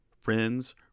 friends